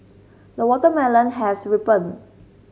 the watermelon has ripened